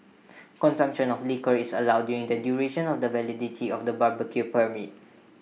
consumption of liquor is allowed during the duration of the validity of the barbecue permit